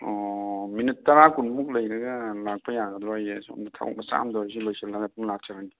ꯑꯣ ꯃꯤꯅꯤꯠ ꯇꯔꯥ ꯀꯨꯟꯃꯨꯛ ꯂꯩꯔꯒ ꯂꯥꯛꯄ ꯌꯥꯒꯗ꯭ꯔꯣ ꯑꯩꯁꯦ ꯁꯣꯝꯗ ꯊꯕꯛ ꯃꯆꯥ ꯑꯃ ꯇꯧꯔꯤ ꯁꯤ ꯂꯣꯏꯁꯜꯂꯒ ꯑꯗꯨꯝ ꯂꯥꯛꯆꯔꯒꯦ